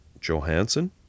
Johansson